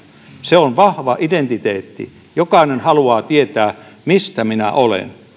se on vahva identiteetti jokainen haluaa tietää mistä minä olen